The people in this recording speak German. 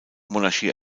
monarchie